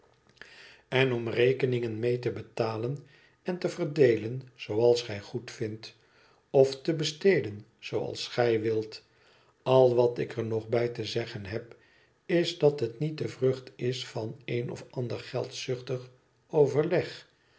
en om rekeningen mee te betalen en te verdeelen zooals gij goedvindt of te besteden zooals gij wilt al wat ik er nog bij te zeggen heb is dat het niet de vrucht is van een of ander geldzuchtig overleg